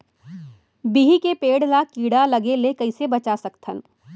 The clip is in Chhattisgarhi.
बिही के पेड़ ला कीड़ा लगे ले कइसे बचा सकथन?